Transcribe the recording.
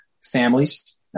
families